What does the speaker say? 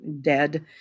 dead